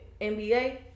NBA